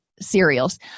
cereals